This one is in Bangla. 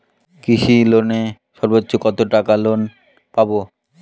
কৃষি লোনে সর্বোচ্চ কত টাকা লোন পাবো?